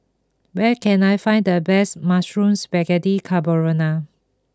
where can I find the best Mushroom Spaghetti Carbonara